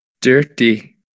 Dirty